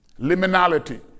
Liminality